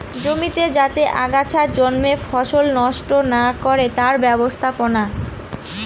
জমিতে যাতে আগাছা জন্মে ফসল নষ্ট না করে তার ব্যবস্থাপনা